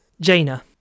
Jaina